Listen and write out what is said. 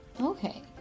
Okay